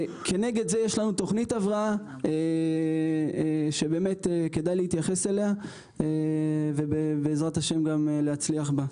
כנגד זה יש לנו תוכנית הבראה שכדאי להתייחס אליה ובעזרת השם להצליח בה.